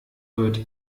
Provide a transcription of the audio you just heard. wird